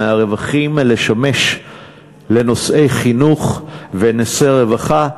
מהרווחים לשמש לנושאי חינוך ונושאי רווחה,